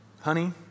honey